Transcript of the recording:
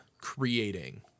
creating